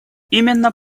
именно